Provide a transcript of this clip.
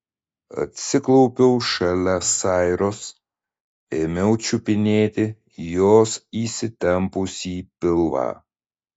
atsiklaupiau šalia sairos ėmiau čiupinėti jos įsitempusį pilvą